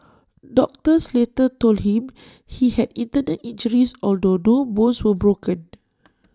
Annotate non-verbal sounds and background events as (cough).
doctors later told him he had internal injuries although no bones were broken (noise)